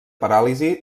paràlisi